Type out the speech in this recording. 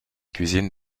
cuisines